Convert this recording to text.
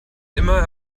immer